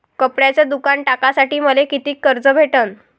कपड्याचं दुकान टाकासाठी मले कितीक कर्ज भेटन?